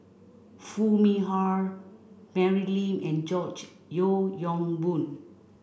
Foo Mee Har Mary Lim and George Yeo Yong Boon